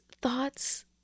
thoughts